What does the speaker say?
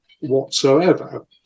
whatsoever